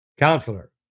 Counselor